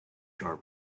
sure